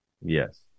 yes